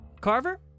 Carver